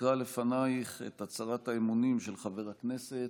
אקרא לפנייך את הצהרת האמונים של חבר הכנסת